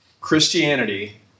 Christianity